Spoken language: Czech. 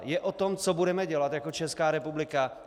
Je o tom, co budeme dělat jako Česká republika?